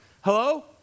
Hello